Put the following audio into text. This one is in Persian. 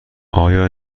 آیا